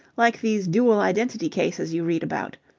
like these dual identity cases you read about.